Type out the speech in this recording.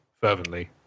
fervently